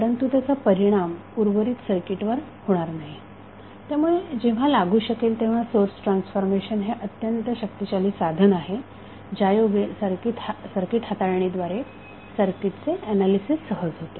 परंतु त्याचा परिणाम उर्वरित सर्किटवर होणार नाही त्यामुळे जेव्हा लागू शकेल तेव्हा सोर्स ट्रान्सफॉर्मेशन हे अत्यंत शक्तिशाली साधन आहे जायोगे सर्किट हाताळणीद्वारे सर्किटचे ऍनालिसिस सहज होते